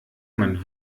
man